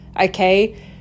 okay